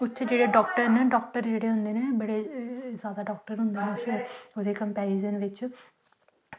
उत्थें जेह्ड़े डॉक्टर न उत्थें जेह्ड़े डॉक्टर होंदे न जादै डॉक्टर होंदा उत्थें ओह्दे कनेक्ट बिच